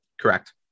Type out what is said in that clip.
Correct